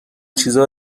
چیزا